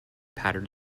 powdered